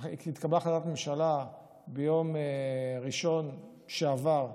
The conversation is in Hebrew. התקבלה החלטת ממשלה ביום ראשון שעבר,